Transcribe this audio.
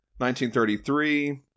1933